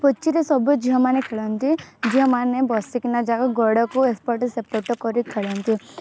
ପୁଚିରେ ସବୁ ଝିଅମାନେ ଖେଳନ୍ତି ଝିଅମାନେ ବସିକିନା ଯାଉ ଗୋଡ଼କୁ ଏପଟ ସେପଟ କରି ଖେଳନ୍ତି